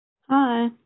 Hi